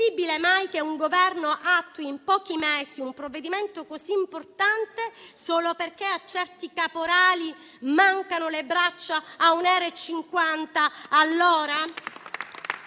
Possibile mai che un Governo attui in pochi mesi un provvedimento così importante solo perché a certi caporali mancano le braccia a 1,5 euro l'ora?